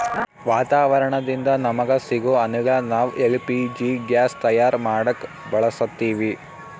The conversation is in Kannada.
ವಾತಾವರಣದಿಂದ ನಮಗ ಸಿಗೊ ಅನಿಲ ನಾವ್ ಎಲ್ ಪಿ ಜಿ ಗ್ಯಾಸ್ ತಯಾರ್ ಮಾಡಕ್ ಬಳಸತ್ತೀವಿ